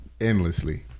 endlessly